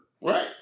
Right